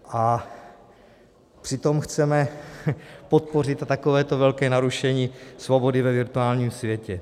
A přitom chceme podpořit takovéto velké narušení svobody ve virtuálním světě.